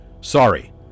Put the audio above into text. Sorry